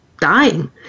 dying